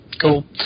Cool